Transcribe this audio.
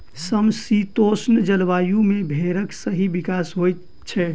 समशीतोष्ण जलवायु मे भेंड़क सही विकास होइत छै